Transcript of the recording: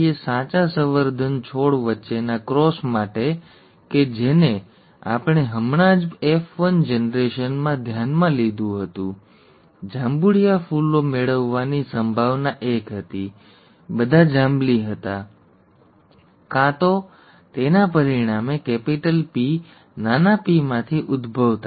સાચા સંવર્ધન છોડ વચ્ચેના ક્રોસ માટે કે જેને આપણે હમણાં જ F1જનરેશનમાં ધ્યાનમાં લીધું હતું જાંબુડિયા ફૂલો મેળવવાની સંભાવના એક હતી બધા જાંબલી હતા કાં તો તેના પરિણામે કેપિટલ પી નાના પીમાંથી ઉદભવતા ઠીક છે